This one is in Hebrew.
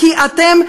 כי אתם,